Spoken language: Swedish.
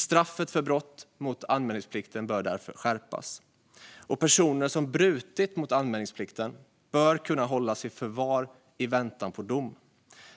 Straffet för brott mot anmälningsplikten bör därför skärpas, och personer som brutit mot anmälningsplikten bör kunna hållas i förvar i väntan på dom.